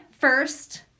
first